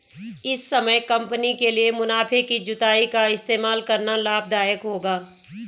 इस समय कंपनी के लिए मुनाफे की जुताई का इस्तेमाल करना लाभ दायक होगा